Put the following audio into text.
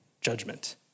judgment